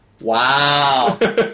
Wow